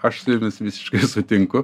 aš su jumis visiškai sutinku